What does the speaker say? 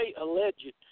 alleged